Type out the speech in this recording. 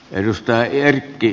arvoisa puhemies